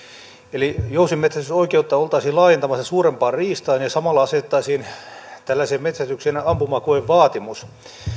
eli jousimetsästysoikeutta oltaisiin laajentamassa suurempaan riistaan ja samalla asetettaisiin tällaiseen metsästykseen ampumakoevaatimus